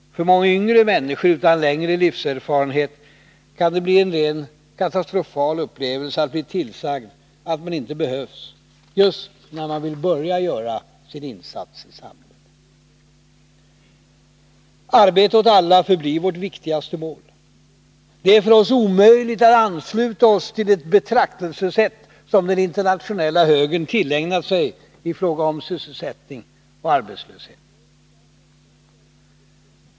För många yngre människor — utan längre livserfarenhet — kan det bli en rent katastrofal erfarenhet att bli tillsagd att man inte behövs just när man vill börja göra sin insats i samhället. Arbete åt alla förblir vårt viktigaste mål. Det är för oss omöjligt att ansluta oss till det betraktelsesätt som den internationella högern tillägnat sig i fråga om sysselsättning och arbetslöshet.